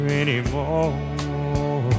anymore